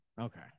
Okay